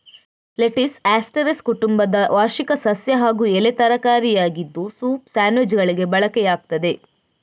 lettuce Asteraceae ಕುಟುಂಬದ ವಾರ್ಷಿಕ ಸಸ್ಯ ಹಾಗೂ ಎಲೆ ತರಕಾರಿಯಾಗಿದ್ದು ಸೂಪ್, ಸ್ಯಾಂಡ್ವಿಚ್ಚುಗಳಿಗೆ ಬಳಕೆಯಾಗ್ತದೆ